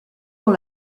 dans